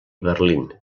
berlín